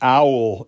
owl